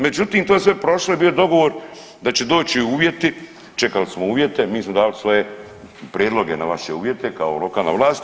Međutim to je sve prošlo i bio je dogovor da će doći uvjeti, čekali smo uvjeti, mi smo dali svoje prijedloge na vaše uvjete kao lokalna vlast.